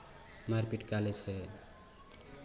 मारि पीट कए लै छै